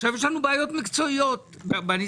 עכשיו יש לנו בעיות מקצועיות בניסוח,